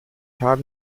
habe